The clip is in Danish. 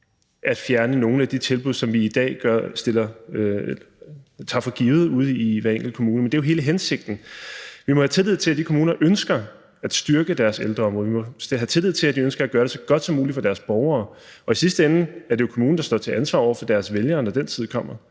at fjerne nogle af de tilbud, som vi i dag tager for givet ude i hver enkelt kommune, men det er jo hele hensigten. Vi må have tillid til, at de kommuner ønsker at styrke deres ældreområde. Vi skal have tillid til, at de ønsker at gøre det så godt som muligt for deres borgere, og i sidste ende er det jo kommunen, der står til ansvar over for deres vælgere, når den tid kommer.